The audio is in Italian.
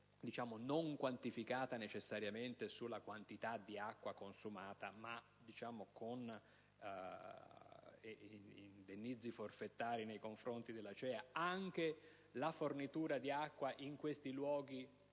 non viene calcolata necessariamente sulla quantità di acqua consumata, ma sulla base di indennizzi forfetari nei confronti dell'ACEA) anche la fornitura di acqua in questi luoghi,